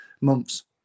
months